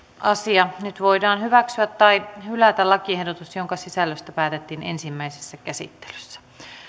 asia nyt voidaan hyväksyä tai hylätä lakiehdotus jonka sisällöstä päätettiin ensimmäisessä käsittelyssä